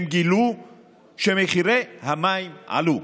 הם גילו שמחירי המים עלו.